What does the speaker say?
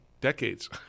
decades